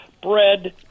Bread